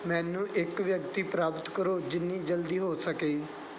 ਮੈਨੂੰ ਇੱਕ ਵਿਅਕਤੀ ਪ੍ਰਾਪਤ ਕਰੋ ਜਿੰਨੀ ਜਲਦੀ ਹੋ ਸਕੇ